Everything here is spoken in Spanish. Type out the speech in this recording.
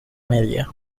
media